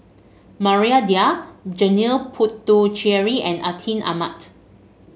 Maria Dyer Janil Puthucheary and Atin Amat